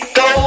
go